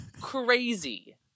crazy